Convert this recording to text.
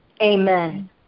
Amen